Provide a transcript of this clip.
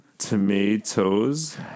Tomatoes